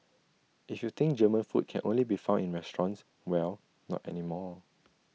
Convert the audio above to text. if you think German food can only be found in restaurants well not anymore